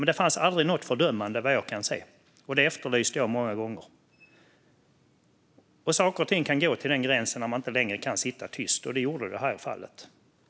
Men det fanns aldrig något fördömande, vad jag kan se, och det efterlyste jag många gånger. Saker och ting kan gå till en gräns när man inte längre kan sitta tyst, och det gjorde det i det här fallet.